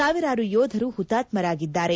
ಸಾವಿರಾರು ಯೋಧರು ಪುತಾತ್ಮರಾಗಿದ್ದಾರೆ